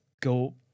go